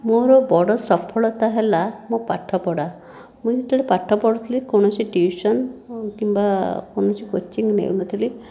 ମୋର ବଡ଼ ସଫଳତା ହେଲା ମୋ' ପାଠପଢ଼ା ମୁଁ ଯେତେବେଳେ ପାଠ ପଢ଼ୁଥିଲି କୌଣସି ଟ୍ୟୁସନ୍ କିମ୍ବା କୌଣସି କୋଚିଂ ନେଉନଥିଲି